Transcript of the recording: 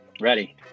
Ready